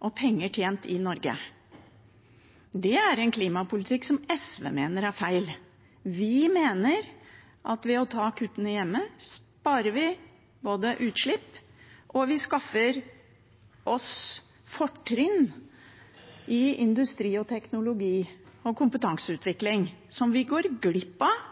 og penger tjent i Norge. Det er en klimapolitikk som SV mener er feil. Vi mener at ved å ta kuttene hjemme, reduserer vi utslipp og skaffer oss fortrinn i industri-, teknologi- og kompetanseutvikling, som vi går glipp av